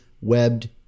webbed